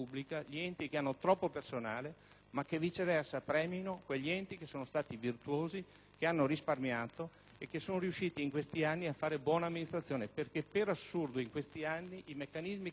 e che, viceversa, premi gli enti che sono stati virtuosi, che hanno risparmiato e che sono riusciti in questi anni a fare buona amministrazione. Infatti, per assurdo, in questi anni, i meccanismi messi in atto sono stati tali per cui